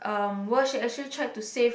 um world she actually tried to save